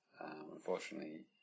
Unfortunately